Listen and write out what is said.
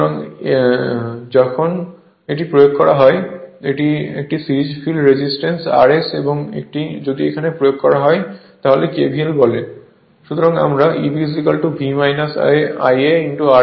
সুতরাং এবং যদি প্রয়োগ করা হয় তবে একটি সিরিজ ফিল্ড রেজিস্ট্যান্স RS এবং যদি এখানেও প্রয়োগ করা হয় তাহলে KVL বলে